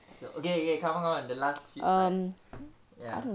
so okay okay come on come on the last feedback ya